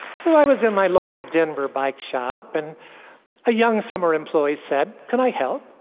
so, i was in my local denver bike shop and a young summer employee said, can i help?